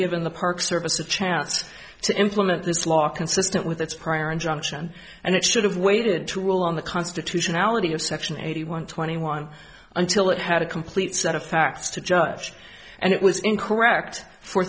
given the park service a chance to implement this law consistent with its prior injunction and it should have waited to rule on the constitutionality of section eighty one twenty one until it had a complete set of facts to judge and it was incorrect for